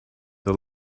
the